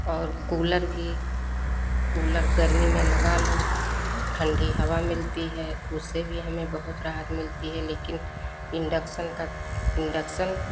और कूलर भी कूलर गर्मी में लगा लो ठंडी हवा मिलती है उससे भी हमें बहुत राहत मिलती है लेकिन इन्डक्शन का इन्डक्शन